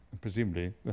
presumably